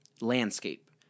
landscape